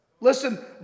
Listen